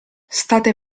state